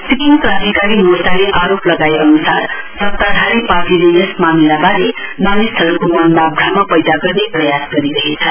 सिक्किम क्रान्तिकारी मोर्चाले आरोप लगाए अन्सार सताधारी पार्टीले यस मामिलाबारे मानिसहरूको मनमा भ्रम पैदा गर्ने प्रयास गरिरहेछ